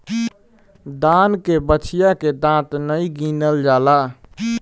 दान के बछिया के दांत नाइ गिनल जाला